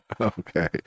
Okay